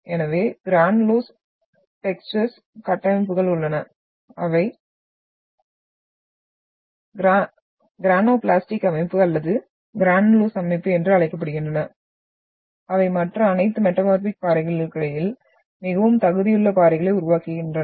எனவே granulose textures கட்டமைப்புகள் உள்ளன அவை கிரானோபிளாஸ்டிக் அமைப்பு அல்லது கிரானுலோஸ் அமைப்பு என்றும் அழைக்கப்படுகின்றன அவை மற்ற அனைத்து மெட்டமார்பிக் பாறைகளுக்கிடையில் மிகவும் தகுதியுள்ள பாறைகளை உருவாக்குகின்றன